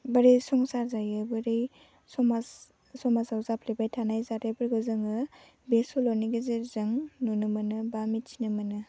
बोरै संसार जायो बोरै समाज समाजाव जाफ्लेबाय थानाय जाथायफोरखौ जोङो बे सल'नि गेजेरजों नुनो मोनो बा मिथिनो मोनो